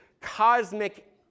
cosmic